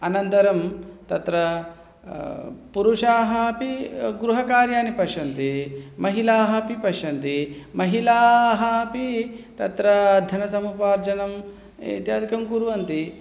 अनन्तरं तत्र पुरुषाः अपि गृहकार्याणि पश्यन्ति महिलाः अपि पश्यन्ति महिलाः अपि तत्र धनसमुपार्जनम् इत्यादिकं कुर्वन्ति